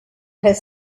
his